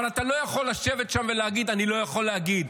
אבל אתה לא יכול לשבת שם ולהגיד: אני לא יכול להגיד.